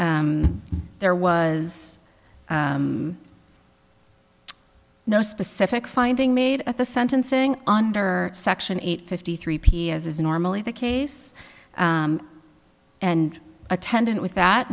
there was no specific finding made at the sentencing under section eight fifty three p as is normally the case and attendant with that